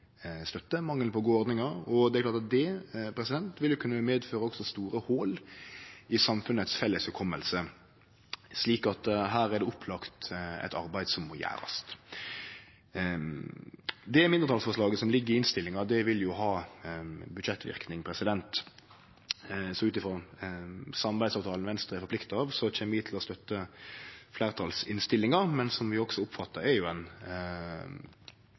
på støtte og gode ordningar. Det vil kunne medføre store hol i samfunnets felles minne. Så her er det opplagt eit arbeid som må gjerast. Det mindretalsforslaget som ligg i innstillinga, vil ha budsjettverknad. Ut frå samarbeidsavtalen Venstre er forplikta på, kjem vi til å støtte fleirtalsinnstillinga, som vi oppfattar er